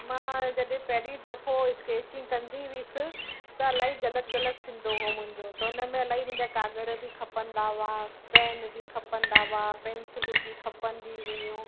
मां जॾहिं पहिरीं दफ़ो स्कैचिंग कंदी हुअसि त इलाही ग़लति ग़लति थींदो हुओ मुंहिंजो त उन में इलाही मुंहिंजा काॻर बि खपंदा हुआ पैन बि खपंदा हुआ पेंसिलूं बि खपंदी हुयूं